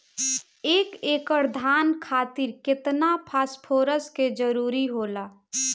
एक एकड़ धान खातीर केतना फास्फोरस के जरूरी होला?